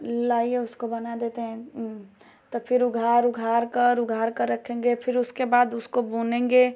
लाइए उसको बना देते हैं तो फिर उघाड़ उघाड़कर उघाड़कर रखेंगे फिर उसके बाद उसको बुनेंगे